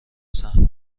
سهم